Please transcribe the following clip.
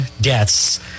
deaths